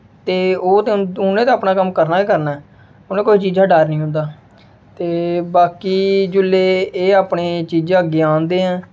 ते ओह् ते उ'नें ते अपना कम्म ते करना गै करना ऐ उ'नें कुसै चीजै दा डर निं होंदा ते बाकी जेल्लै एह् अपनी चीजां अग्गें आह्नदे ऐ